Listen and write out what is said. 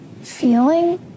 feeling